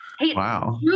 wow